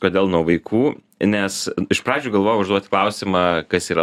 kodėl nuo vaikų nes iš pradžių galvojo užduot klausimą kas yra